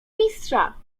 mistrza